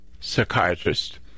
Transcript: psychiatrist